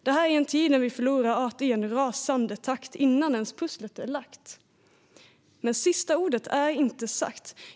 Detta sker i en tid då vi förlorar arter i en rasande takt, innan ens pusslet är lagt! Men sista ordet är inte sagt.